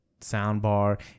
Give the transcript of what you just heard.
soundbar